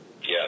yes